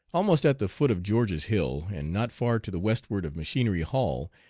almost at the foot of george's hill, and not far to the westward of machinery hall,